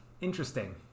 Interesting